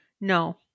No